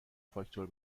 فاکتور